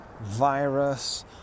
virus